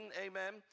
Amen